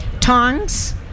tongs